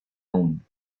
loan